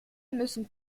müssen